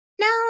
no